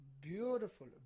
beautiful